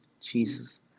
Jesus